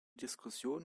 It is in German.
diskussion